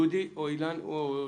דודי, אילן או שמעון,